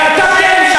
ואתה כן,